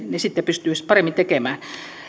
sitten pystyisi paremmin tekemään